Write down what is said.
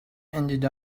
ended